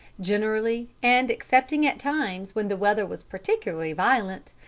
generally, and excepting at times when the weather was particularly violent,